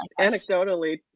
anecdotally